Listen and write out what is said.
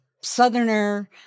Southerner